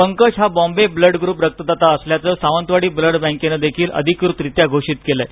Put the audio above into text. पंकज हा Bombay blood group रक्तदाता असल्याचं सावंतवाडी ब्लड बँकेन देखील अधिकृतरीत्या घोषित केलंय